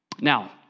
Now